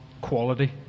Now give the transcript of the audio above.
quality